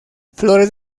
flores